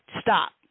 stop